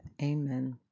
Amen